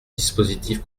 dispositif